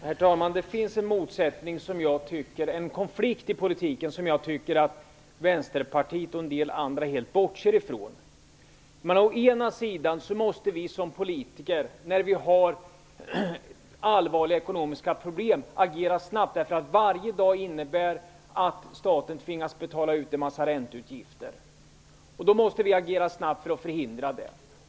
Herr talman! Det finns en konflikt i politiken som jag tycker att Vänsterpartiet och en del andra helt bortser ifrån. Å ena sidan måste vi som politiker, när det finns allvarliga ekonomiska problem, agera snabbt. Varje dag innebär att staten tvingas att betala ut en massa ränteutgifter. Då måste vi agera snabbt för att förhindra detta.